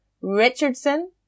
Richardson